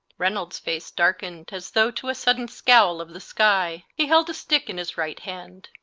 reynolds' face darkened as though to a sudden scowl of the sky. he held a stick in his right hand.